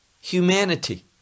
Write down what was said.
humanity